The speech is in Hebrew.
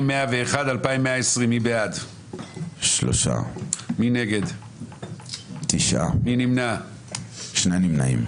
3 בעד, 8 נגד, 2 נמנעים.